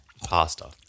pasta